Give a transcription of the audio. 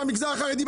במגזר החרדי,